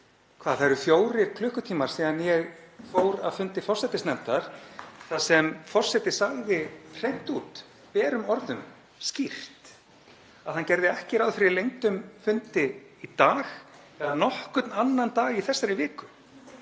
en það eru fjórir klukkutímar síðan ég fór af fundi forsætisnefndar þar sem forseti sagði hreint út, berum orðum, skýrt, að hann gerði ekki ráð fyrir lengdum fundi í dag eða nokkurn annan dag í þessari viku.